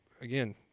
again